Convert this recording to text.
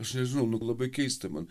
aš nežinau nu labai keista man